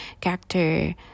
character